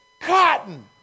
cotton